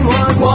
one